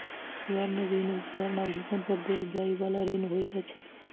स्वर्ण ऋण स्वर्ण आभूषण पर देल जाइ बला ऋण होइत अछि